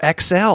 XL